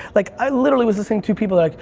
like i literally was listening to people like,